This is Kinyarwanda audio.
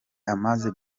amaze